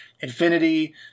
Infinity